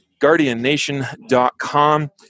GuardianNation.com